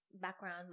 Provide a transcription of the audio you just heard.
background